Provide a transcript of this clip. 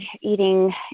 eating